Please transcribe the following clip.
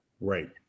Right